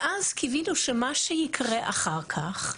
ואז קיווינו שמה שיקרה אחר כך,